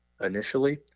initially